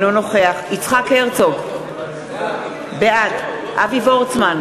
אינו נוכח יצחק הרצוג, בעד אבי וורצמן,